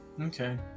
Okay